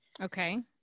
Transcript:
Okay